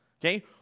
okay